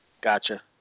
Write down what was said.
Gotcha